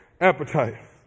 appetite